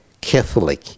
Catholic